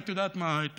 את יודעת מה?